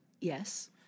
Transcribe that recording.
yes